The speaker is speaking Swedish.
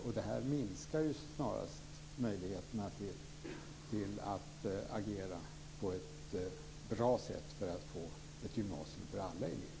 Och det här minskar ju snarast möjligheterna att agera på ett bra sätt för att få ett gymnasium för alla elever.